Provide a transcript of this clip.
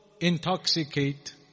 intoxicate